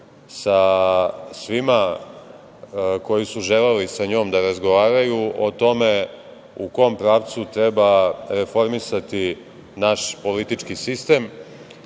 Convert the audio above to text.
sa svima koji su želeli sa njom da razgovaraju o tome u kom pravcu treba reformisati naš politički sistem